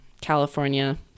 California